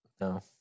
No